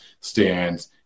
stands